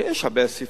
כי יש הרבה סעיפים,